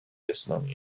اسلامی